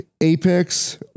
Apex